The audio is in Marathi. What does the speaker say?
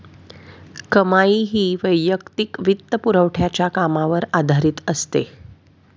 कमाई ही वैयक्तिक वित्तपुरवठ्याच्या कामावर आधारित असते